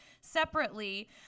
separately